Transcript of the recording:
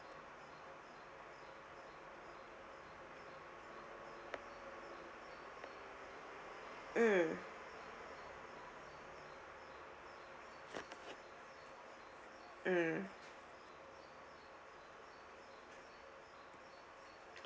mm mm